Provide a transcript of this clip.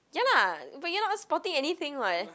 ya lah but you're not spotting anything [what]